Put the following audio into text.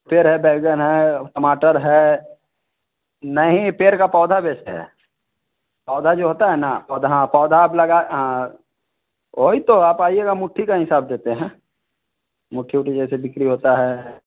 है बैगन है टमाटर है नहीं पेड़ का पौधा बेचते हैं पौधा जो होता है न पौधा पौधा आप लगा वही तो आप आइएगा मुट्ठी का हिसाब देते हैं मुट्ठी ऊट्ठी जैसे बिक्री होता है